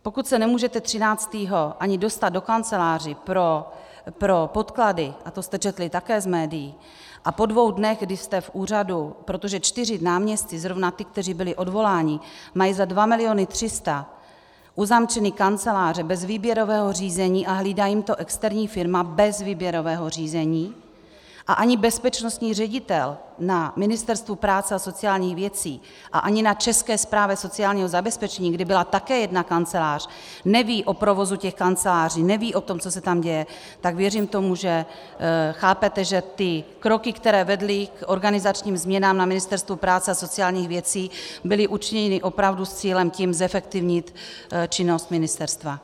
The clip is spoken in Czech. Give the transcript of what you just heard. Pokud se nemůžete třináctého ani dostat do kanceláří pro podklady, a to jste četli také z médií, a po dvou dnech, kdy jste v úřadu, protože čtyři náměstci, zrovna ti, kteří byli odvoláni, mají za dva miliony tři sta uzamčeny kanceláře bez výběrového řízení a hlídá jim to externí firma bez výběrového řízení, a ani bezpečnostní ředitel na Ministerstvu práce a sociálních věcí a ani na České správě sociálního zabezpečení, kde byla také jedna kancelář, neví o provozu těch kanceláří, neví o tom, co se tam děje, tak věřím tomu, že chápete, že ty kroky, které vedly k organizačním změnám na Ministerstvu práce a sociálních věcí, byly učiněny opravdu s cílem zefektivnit činnost ministerstva.